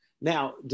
Now